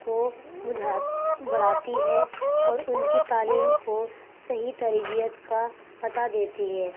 کو بدھات بڑھاتی ہے اور ان کی تعلیم کو صحیح تربیت کا پتہ دیتی ہے